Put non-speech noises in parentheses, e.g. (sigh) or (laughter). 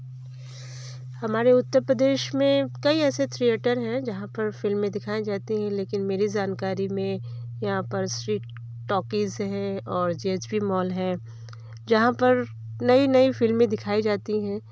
हमारे उत्तरप्रदेश में कई ऐसे थिएटर है जहाँ पर फिल्में दिखाई जाती है लेकिन मेरी जानकारी में यहाँ पर (unintelligible) टॉकीज है और जे एच पी मॉल है जहाँ पर नई नई फिल्में दिखाई जाती हैं